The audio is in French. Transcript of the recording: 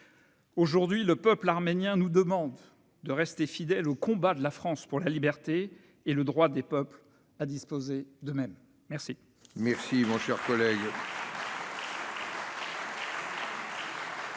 Aujourd'hui, le peuple arménien nous demande de rester fidèles aux combats de la France pour la liberté et le droit des peuples à disposer d'eux-mêmes. La